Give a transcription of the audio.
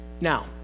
Now